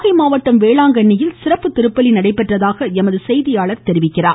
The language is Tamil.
நாகை மாவட்டம் வேளாங்கண்ணியில் சிறப்பு திருப்பலி நடைபெற்றதாக எமது செய்தியாளர் தெரிவிக்கிறார்